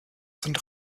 sind